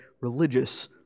religious